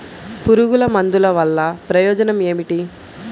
పురుగుల మందుల వల్ల ప్రయోజనం ఏమిటీ?